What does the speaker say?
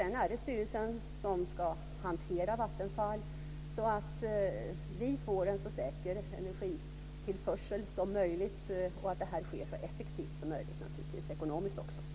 Det är styrelsen som ska hantera Vattenfall så att vi får en så säker energitillförsel som möjligt, och så att det sker så effektivt som möjligt ekonomiskt också.